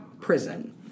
Prison